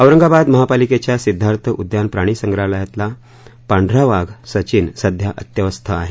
औरगाबाद महापालिकेच्या सिद्धार्थ उद्यान प्राणिसंग्रहालयातला पाढरा वाघ सचिन सध्या अत्यवस्थ आहे